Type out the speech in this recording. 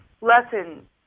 lesson